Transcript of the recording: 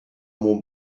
mon